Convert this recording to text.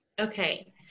Okay